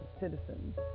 citizens